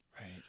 Right